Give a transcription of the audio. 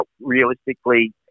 realistically